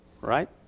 right